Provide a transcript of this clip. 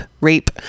rape